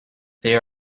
they